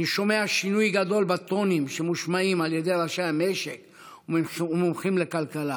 אני שומע שינוי גדול בטונים שמושמעים על ידי ראשי המשק ומומחים לכלכלה: